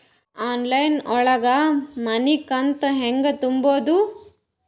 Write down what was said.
Online ಒಳಗ ಮನಿಕಂತ ಹ್ಯಾಂಗ ತುಂಬುದು?